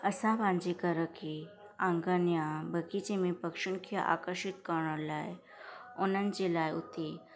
असां पांजे घर खे आंगन या बगीचे में पक्षियुनि खे अकर्षित करण लाइ उन्हनि जे लाइ उते